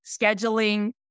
scheduling